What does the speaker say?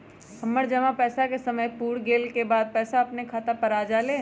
हमर जमा पैसा के समय पुर गेल के बाद पैसा अपने खाता पर आ जाले?